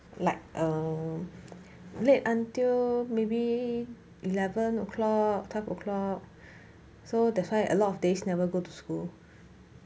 like err late until maybe eleven o'clock twelve o'clock so that's why a lot of days never go to school